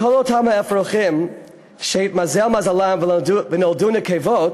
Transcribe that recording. כל אותם האפרוחים שהתמזל מזלם ונולדו נקבות